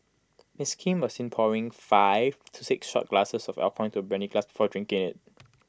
miss Kim was seen pouring five to six shot glasses of alcohol into her brandy glass before drinking IT